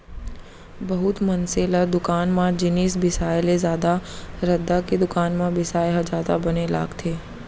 बहुत मनसे ल दुकान म जिनिस बिसाय ले जादा रद्दा के दुकान म बिसाय ह जादा बने लागथे